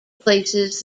places